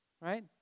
Right